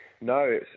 No